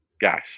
Guys